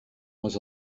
was